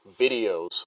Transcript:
videos